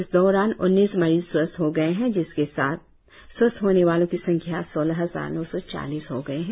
इस दौरान उन्नीस मरीज स्वस्थ हो गए है जिसके साथ स्वास्थ्य होने वाली की संख्या सोलह हजार नौ सौ चालीस हो गए है